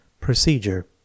Procedure